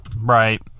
Right